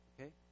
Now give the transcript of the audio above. okay